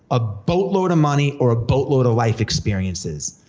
a boatload of money, or a boatload of life experiences?